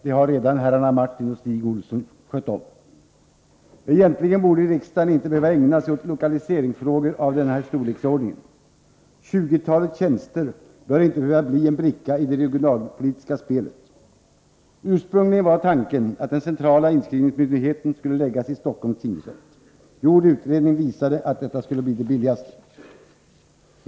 Det har herrarna Martin Olsson och Stig Olsson redan skött om. Egentligen borde riksdagen inte behöva ägna sig åt lokaliseringsfrågor av denna storleksordning. Ett tjugotal tjänster bör inte behöva bli en bricka i det regionalpolitiska spelet. Ursprungligen var tanken att den centrala inskrivningsmyndigheten skulle förläggas till Stockholms tingsrätt. En utredning visade att detta skulle bli det billigaste alternativet.